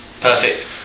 perfect